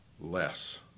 less